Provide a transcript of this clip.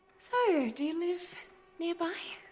so, do you live nearby?